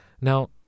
Now